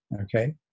Okay